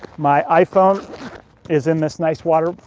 my iphone is in this nice water,